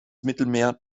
mittelmeer